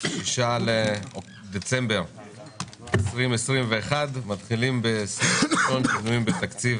6 בדצמבר 2021. על סדר-היום: שינויים בתקציב